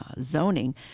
zoning